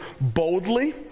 boldly